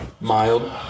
mild